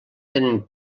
tenen